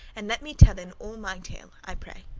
and let me tellen all my tale, i pray.